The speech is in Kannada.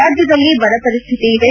ರಾಜ್ಯದಲ್ಲಿ ಬರ ಪರಿಸ್ಥಿತಿ ಇದೆ